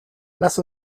lass